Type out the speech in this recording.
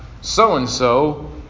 so-and-so